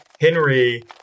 Henry